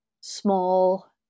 small